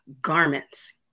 garments